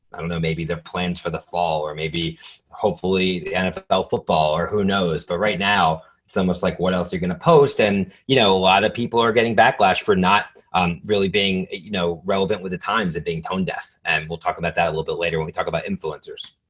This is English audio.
i don't know, maybe the plans for the fall or maybe hopefully the nfl football or who knows. but right now it's almost like what else are you gonna post. and you know a lot of people are getting backlash for not um really being you know relevant with the times they're and being tone-deaf. and we'll talk about that a little bit later when we talk about influencers.